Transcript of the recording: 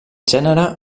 gènere